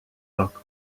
rock